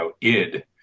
id